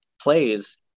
plays